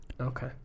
Okay